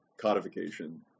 codification